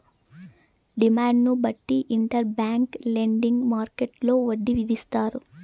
డిమాండ్ను బట్టి inter bank lending మార్కెట్టులో వడ్డీ విధిస్తారు